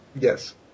Yes